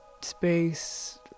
space